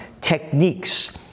techniques